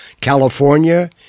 California